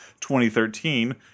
2013